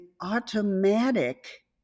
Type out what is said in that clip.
automatic